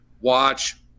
watch